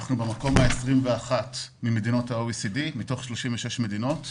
אנחנו במקום ה-21 מתוך 36 מדינות ב-OECD.